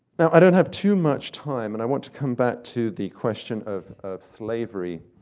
now i don't have too much time. and i want to come back to the question of of slavery,